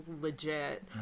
legit